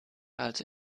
also